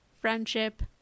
friendship